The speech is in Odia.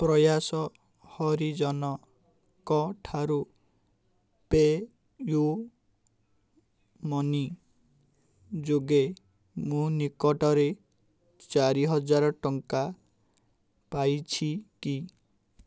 ପ୍ରୟାସ ହରିଜନଙ୍କଠାରୁ ପେ ୟୁ ମନି ଯୋଗେ ମୁଁ ନିକଟରେ ଚାରିହଜାର ଟଙ୍କା ପାଇଛି କି